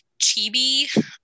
chibi